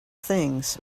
things